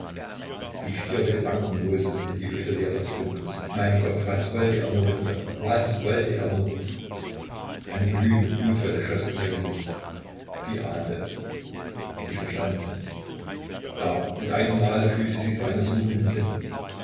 sie stierte gedankenlos in die öde leere des dunkels mein gott was wollte er nur mit ihr was wollte er nur eine glühende blutwelle schoß in ihr gesicht sie ahnte es sie verstand es nicht da mit einem male fühlte sie seine suchenden lippen